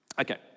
okay